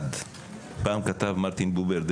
פעם כתב מרטין בובר,